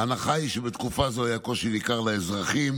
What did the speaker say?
ההנחה היא שבתקופה זו היה קושי ניכר לאזרחים